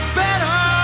better